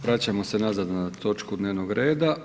Vraćamo se nazad na točku dnevnog reda.